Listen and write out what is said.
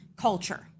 culture